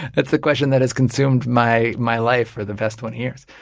that's the question that has consumed my my life for the past twenty years.